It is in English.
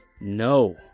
No